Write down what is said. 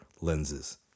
lenses